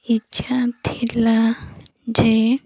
ଇଚ୍ଛା ଥିଲା ଯେ